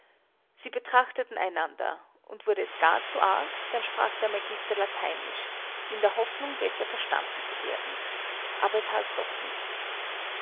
sie betrachteten einander und wurde es gar zu arg dann sprach der magister lateinisch in der hoffnung besser verstanden zu werden aber es half doch nichts